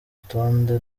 rutonde